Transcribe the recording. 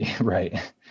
right